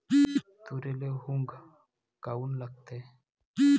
तुरीले घुंग काऊन लागते?